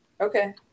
Okay